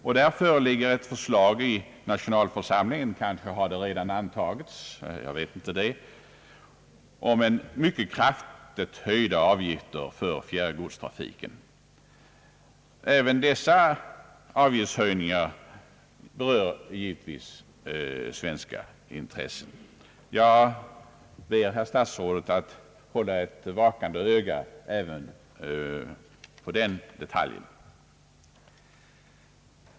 I nationalförsamlingen föreligger ett förslag — kanske har det redan antagits — om mycket kraftigt höjda avgifter för fjärrgodstrafiken med lastbilar. Även dessa avgiftshöjningar berör givetvis svenska intressen. Jag ber herr statsrådet hålla ett vakande öga även på den detaljen.